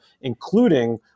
including